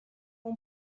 اون